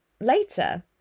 later